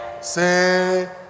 Say